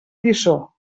lliçó